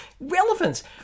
relevance